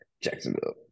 Jacksonville